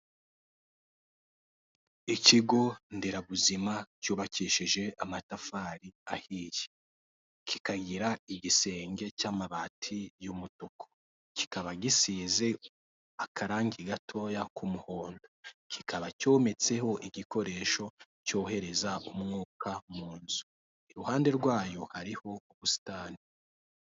Ikigo nderabuzima cyubakishije amatafari ahiye, kikagira igisenge cy'amabati y'umutuku, kikaba gisize akarangi gatoya k'umuhondo, kikaba cyometseho igikoresho cyohereza umwuka mu nzu, iruhande rwayo ariho ubusitani.